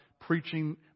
preaching